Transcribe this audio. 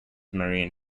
marine